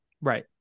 Right